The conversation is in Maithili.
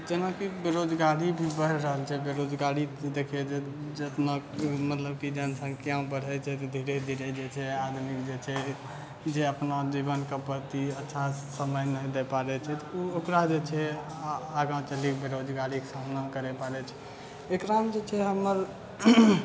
जेनाकि बेरोजगारी भी बढ़ि रहल छै बेरोजगारी देखिऔ जे जितना मतलब कि जनसंख्या बढ़ैत छै तऽ धीरे धीरे जे छै आदमीके जे छै जे अपना जीवनके जे प्रति अच्छा से समय नहि दे पाबैत छै तऽ ओ ओकरा जे छै आगाँ चलिके बेरोजगारीके सामना करै पड़ैत छै एकरामे जे छै हमर